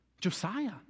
Josiah